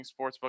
Sportsbook